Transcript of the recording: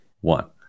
one